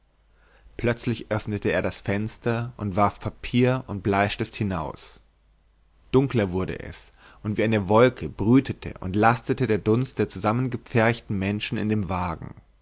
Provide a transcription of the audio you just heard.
plötzlich öffnete er das fenster und warf papier und bleistift hinaus dunkler wurde es und wie eine wolke brütete und lastete der dunst der zusammengepferchten menschen in dem wagen